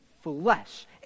flesh